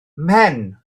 mhen